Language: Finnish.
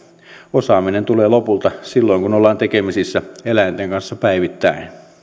osaaminen tulee lopulta silloin kun ollaan tekemisissä eläinten kanssa päivittäin